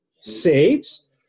saves